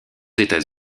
états